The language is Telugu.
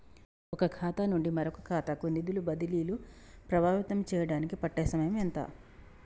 ఒక ఖాతా నుండి మరొక ఖాతా కు నిధులు బదిలీలు ప్రభావితం చేయటానికి పట్టే సమయం ఎంత?